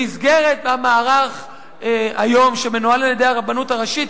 במסגרת המערך שמנוהל היום על-ידי הרבנות הראשית,